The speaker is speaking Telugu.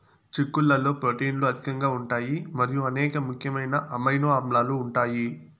చిక్కుళ్లలో ప్రోటీన్లు అధికంగా ఉంటాయి మరియు అనేక ముఖ్యమైన అమైనో ఆమ్లాలు ఉంటాయి